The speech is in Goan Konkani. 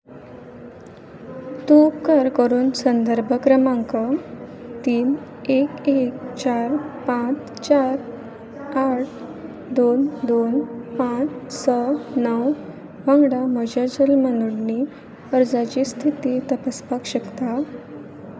तूं उपकार करून संदर्भ क्रमांक तीन एक एक चार पांच चार आठ दोन दोन पांच स णव वांगडा म्हज्या जल्मनोंदणी अर्जाची स्थिती तपासपाक शकता